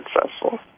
successful